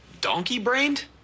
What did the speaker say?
Donkey-brained